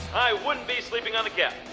i wouldn't be sleeping on the couch.